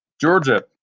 Georgia